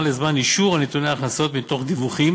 לזמן אישור על נתוני הכנסות מתוך דיווחים